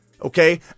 Okay